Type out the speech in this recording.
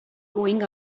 going